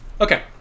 Okay